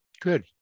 Good